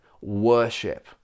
Worship